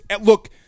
look